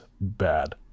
bad